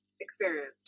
experience